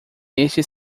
este